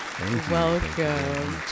welcome